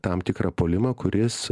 tam tikrą puolimą kuris